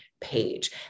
page